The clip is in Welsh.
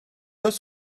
oes